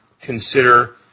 consider